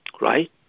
Right